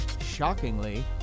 shockingly